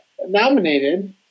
nominated